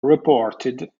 reported